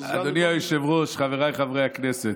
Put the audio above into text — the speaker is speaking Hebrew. צריך סגן, אדוני היושב-ראש, חבריי חברי הכנסת,